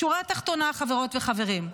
שורה תחתונה, חברות וחברים: